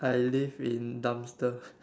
I live in dumpster